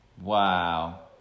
Wow